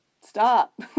stop